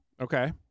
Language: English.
Okay